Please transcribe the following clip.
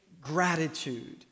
gratitude